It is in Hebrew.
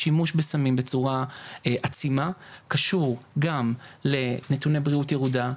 השימוש בסמים בצורה עצימה קשור גם לנתוני בריאות ירודה,